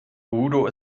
udo